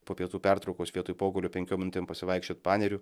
po pietų pertraukos vietoj pogulio penkiom minutėm pasivaikščiot paneriu